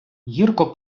гірко